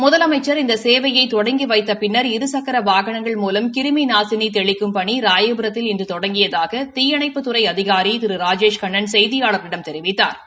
முதலமைச்சா் இந்த சேவையை தொடங்கி வைத்த பின்னா் இரு சக்கர வாகனங்கள் மூலம் கிருமி நாசினி தெளிக்கும் பணி ராயபுரத்தில் இன்று தொடங்கியதாக தீயணைப்புத்துறை அதிகாரி திரு ரஜேஷ் கண்ணன் செய்தியாள்களிடம் தெரிவித்தாா்